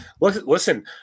listen